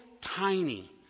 tiny